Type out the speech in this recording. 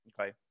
Okay